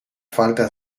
faltas